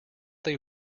they